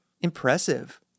Impressive